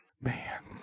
Man